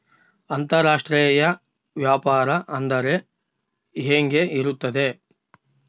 ಅಂತರಾಷ್ಟ್ರೇಯ ವ್ಯಾಪಾರ ಅಂದರೆ ಹೆಂಗೆ ಇರುತ್ತದೆ?